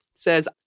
says